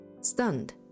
Stunned